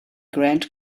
grand